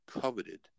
coveted